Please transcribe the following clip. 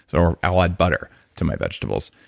so or i'll add butter to my vegetables.